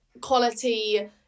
quality